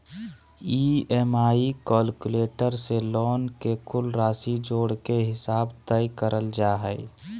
EMI calculator से loan के कुल राशि जोड़ के हिसाब तय करल जा हय